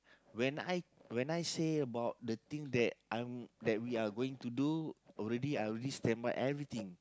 when I when I say about the thing that I'm that we're going to do already I already standby everything